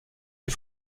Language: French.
des